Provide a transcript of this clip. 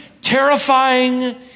terrifying